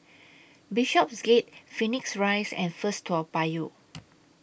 Bishopsgate Phoenix Rise and First Toa Payoh